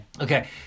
Okay